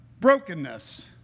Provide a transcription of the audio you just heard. brokenness